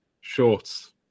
shorts